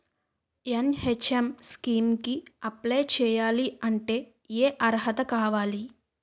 NHM scheme కి apply చేయాలి అంటే ఏ అర్హత కావాలి?